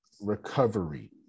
recovery